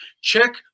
check